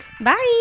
Bye